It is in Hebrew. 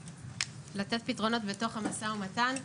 לתת פתרונות בתוך המשא ומתן.